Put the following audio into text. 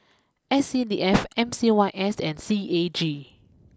S C D F M C Y S and C A G